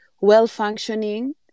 well-functioning